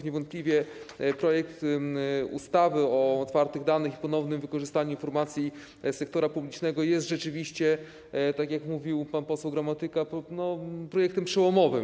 Niewątpliwie projekt ustawy o otwartych danych i ponownym wykorzystywaniu informacji sektora publicznego jest rzeczywiście, tak jak mówił pan poseł Gramatyka, projektem przełomowym.